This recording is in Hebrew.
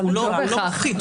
לא בהכרח.